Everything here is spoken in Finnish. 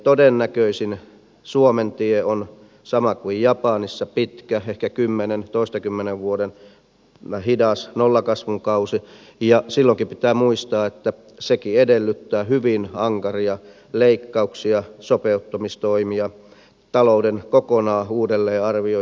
todennäköisin suomen tie on sama kuin japanissa pitkä ehkä kymmenentoistakymmenen vuoden hidas nollakasvun kausi ja silloinkin pitää muistaa että sekin edellyttää hyvin ankaria leikkauksia sopeuttamistoimia talouden kokonaan uudelleenarviointia